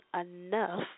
enough